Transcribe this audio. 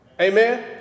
Amen